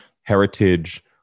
heritage